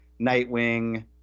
Nightwing